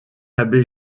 abbé